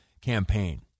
campaign